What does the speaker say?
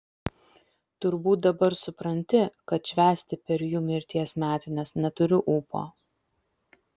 turbūt dabar supranti kad švęsti per jų mirties metines neturiu ūpo